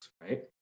right